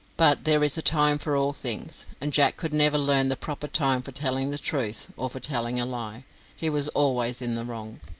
but there is a time for all things and jack could never learn the proper time for telling the truth, or for telling a lie he was always in the wrong.